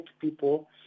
people